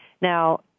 Now